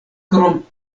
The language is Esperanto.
krom